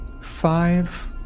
five